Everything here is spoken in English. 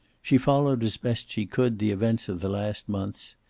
she followed as best she could the events of the last months,